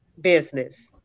business